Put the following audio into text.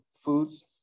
foods